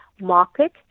market